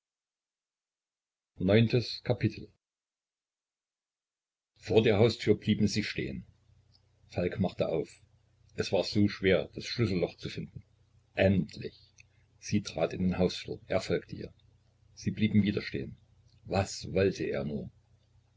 vor der haustür blieben sie stehen falk machte auf es war so schwer das schlüsselloch zu finden endlich sie trat in den hausflur er folgte ihr sie blieben wieder stehen was wollte er nur